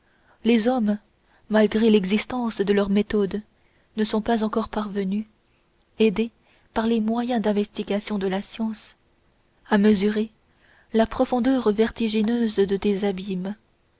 les hommes malgré l'excellence de leurs méthodes ne sont pas encore parvenus aidés par les moyens d'investigation de la science à mesurer la profondeur vertigineuse de tes abîmes